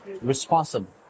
responsible